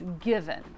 given